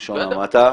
בלשון המעטה.